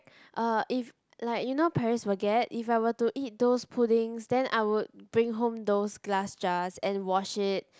uh if like you know Paris Baguette if I were to eat those puddings then I would bring home those glass jars and wash it